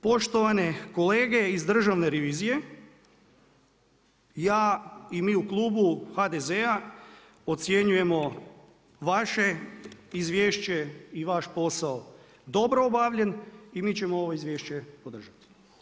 Poštovane kolege iz Državne revizije, ja i mi u klubu HDZ-a ocjenjujemo vaše izvješće i vaš posao dobro obavljan i mi ćemo ovo izvješće podržati.